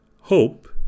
hope